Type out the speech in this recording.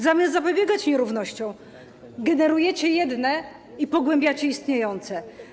Zamiast zapobiegać nierównościom, generujecie jedne i pogłębiacie istniejące.